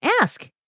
ask